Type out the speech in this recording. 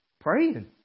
praying